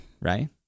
right